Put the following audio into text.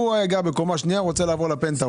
הוא היה גר בקומה ראשונה ורוצה לעבור לפנטהאוז.